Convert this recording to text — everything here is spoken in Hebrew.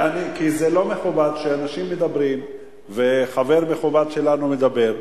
כי זה לא מכובד שאנשים מדברים וחבר מכובד שלנו מדבר,